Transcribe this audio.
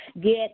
get